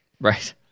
right